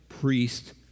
priest